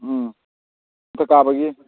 ꯎꯝ ꯃꯊꯛ ꯀꯥꯕꯒꯤ